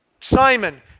Simon